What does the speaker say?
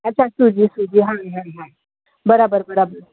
अछा सूजी सूजी हा हा हा बराबर बराबर